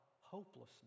hopelessness